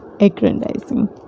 aggrandizing